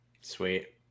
Sweet